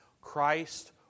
Christ